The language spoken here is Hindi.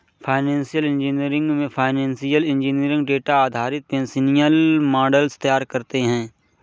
फाइनेंशियल इंजीनियरिंग में फाइनेंशियल इंजीनियर डेटा आधारित फाइनेंशियल मॉडल्स तैयार करते है